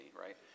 right